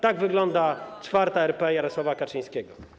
Tak wygląda IV RP Jarosława Kaczyńskiego.